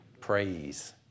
Praise